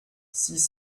six